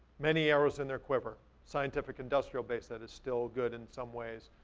many areas in their quiver, scientific industrial base, that is still good in some ways,